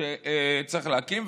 שצריך להקים.